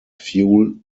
fuel